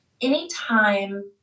Anytime